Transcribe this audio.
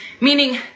meaning